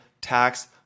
tax